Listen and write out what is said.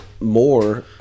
more